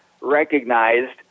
recognized